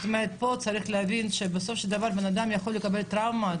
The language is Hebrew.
זאת אומרת פה צריך להבין שבסופו של דבר בנאדם יכול לקבל טראומה,